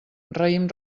raïm